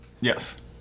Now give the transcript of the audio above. Yes